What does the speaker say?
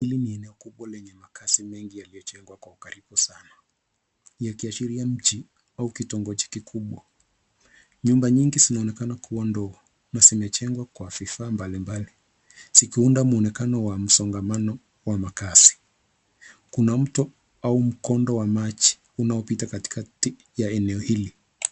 Hili ni eneo kubwa lenye majumba mengi yaliyojengwa kwa karibu sana yakiashiria mji au kitongoji kubwa. Nyumba nyingi zinaonekana kuwa ndogo na zimejengwa kwa vifaa mbalimbali zikunda muonekano wa msongamano wa makazi. Kuna mto au mkondo wa maji unapita katikati ya eneo hili.